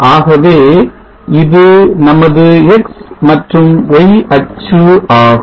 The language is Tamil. ஆகவே இது நமது x மற்றும் y அச்சு ஆகும்